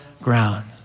ground